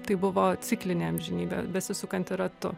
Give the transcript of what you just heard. tai buvo ciklinė amžinybė besisukanti ratu